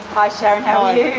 hi, sharron how are